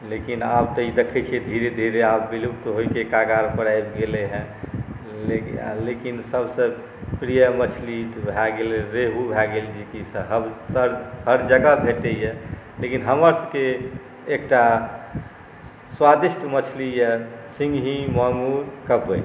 लेकिन आब तऽ ई देखै छिए धीरे धीरे आब विलुप्त होइके कगारपर आबि गेलै हँ लेकिन सबसँ प्रिय मछली तऽ भऽ गेल रेहू भऽ गेल जे कि सब हर जगह भेटैए लेकिन हमर सबके एकटा स्वादिष्ट मछलिए सिङ्गही माङ्गुर कब्बै